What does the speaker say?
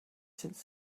since